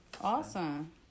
Awesome